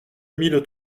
mille